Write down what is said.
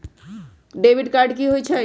Debit card की होई?